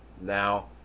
now